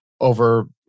over